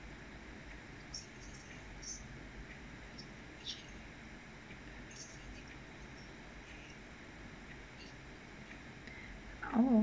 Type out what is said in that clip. oh